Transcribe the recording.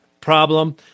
problem